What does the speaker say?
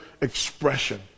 expression